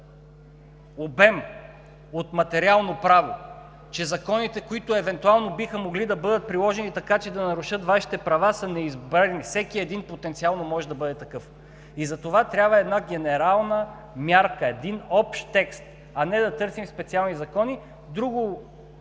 обем от материално право, че законите, които евентуално биха могли да бъдат приложени така, че да нарушат Вашите права, са неизбежни. Всеки един потенциално може да бъде такъв. Затова трябва една генерална мярка, един общ текст, а не да търсим специални закони.